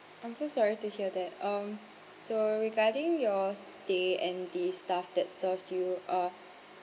I'm so sorry to hear that um so regarding your stay and the staff that served you uh